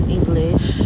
English